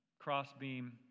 crossbeam